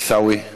עיסאווי פריג',